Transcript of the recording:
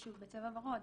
מישהו בצבע ורוד